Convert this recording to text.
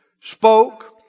spoke